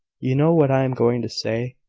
you know what i am going to say.